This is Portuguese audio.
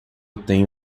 tenho